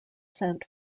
sent